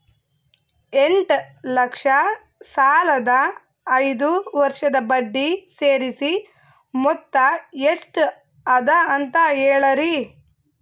ಎಂಟ ಲಕ್ಷ ಸಾಲದ ಐದು ವರ್ಷದ ಬಡ್ಡಿ ಸೇರಿಸಿ ಮೊತ್ತ ಎಷ್ಟ ಅದ ಅಂತ ಹೇಳರಿ?